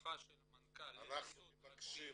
ולהבטחת המנכ"ל לנסות --- אנחנו מבקשים